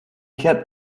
kept